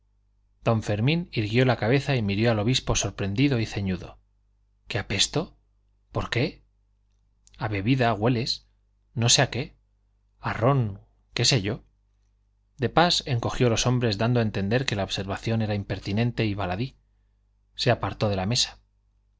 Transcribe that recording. don fermín irguió la cabeza y miró al obispo sorprendido y ceñudo que apesto por qué a bebida hueles no sé a qué a ron qué sé yo de pas encogió los hombros dando a entender que la observación era impertinente y baladí se apartó de la mesa